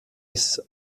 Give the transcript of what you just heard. ice